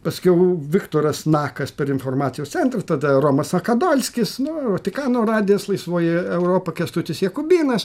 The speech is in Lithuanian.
paskiau viktoras nakas per informacijos centrą tada romas sakadolskis ir vatikano radijas laisvoji europa kęstutis jakubėnas